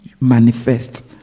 manifest